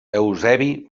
eusebi